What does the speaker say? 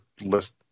list